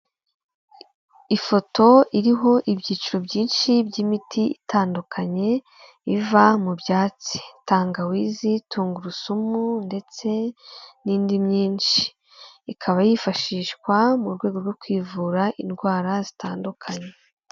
Ifoto iriho ibyiciro byinshi by'imiti itandukanye iva mu byatsi. Tangawizi, tungurusumu ndetse n'indi myinshi. Ikaba yifashishwa mu rwego rwo kwivura indwara zitandukanye.